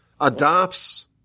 adopts